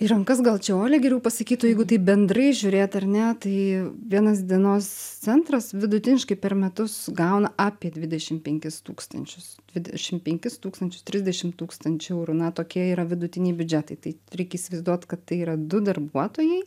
į rankas gal čia olia geriau pasakytų jeigu taip bendrai žiūrėt ar ne tai vienas dienos centras vidutiniškai per metus gauna apie dvidešim penkis tūkstančius dvidešim penkis tūkstančius trisdešim tūkstančių eurų na tokie yra vidutiniai biudžetai tai reik įsivaizduot kad tai yra du darbuotojai